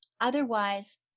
otherwise